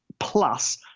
plus